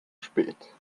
spät